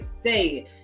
say